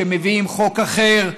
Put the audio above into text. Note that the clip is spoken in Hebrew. שמביאים חוק אחר,